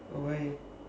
oh why